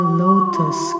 lotus